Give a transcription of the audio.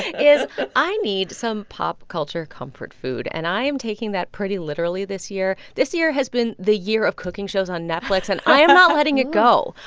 is i need some pop culture comfort food. and i am taking that pretty literally this year. this year has been the year of cooking shows on netflix. and i am not letting it go.